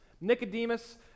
Nicodemus